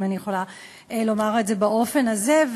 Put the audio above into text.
אם אני יכולה לומר את זה באופן הזה,